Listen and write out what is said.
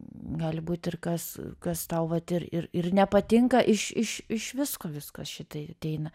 gali būt ir kas kas tau vat ir ir ir nepatinka iš iš iš visko viskas šitai ateina